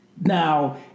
Now